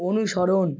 অনুসরণ